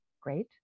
great